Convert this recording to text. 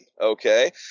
Okay